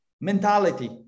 mentality